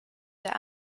der